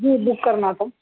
جی book کرنا تھا